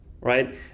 right